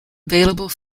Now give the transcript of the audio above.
available